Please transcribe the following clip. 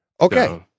Okay